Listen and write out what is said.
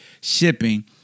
shipping